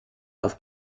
and